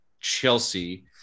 Chelsea